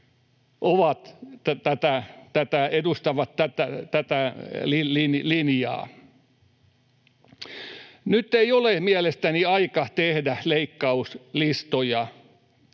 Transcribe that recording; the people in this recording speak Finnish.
edustavat tätä linjaa. Nyt ei ole mielestäni aika tehdä leikkauslistoja.